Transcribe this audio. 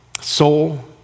soul